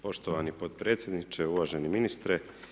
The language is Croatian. Poštovani potpredsjedniče, uvaženi ministre.